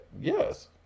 Yes